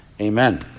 amen